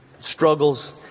struggles